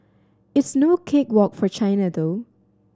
it's no cake walk for China though